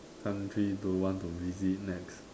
country do you want to visit next